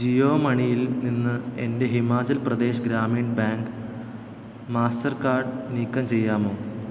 ജിയോ മണിയിൽ നിന്ന് എന്റെ Himachal Pradesh Gramin bank Mastercard നീക്കം ചെയ്യാമോ